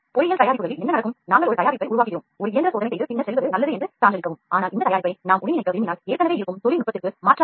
பொறியியல் தயாரிப்புகளில் நாம் ஒரு பொருளை உருவாக்குகிறோம் இயந்திர சோதனை செய்து பின்னர் சான்றிதழளித்து அவற்றை வெளியீடு செய்வோம்